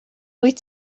wyt